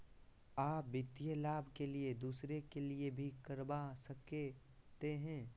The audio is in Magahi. आ वित्तीय लाभ के लिए दूसरे के लिए भी करवा सकते हैं?